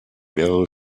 mehrere